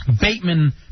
Bateman